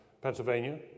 Pennsylvania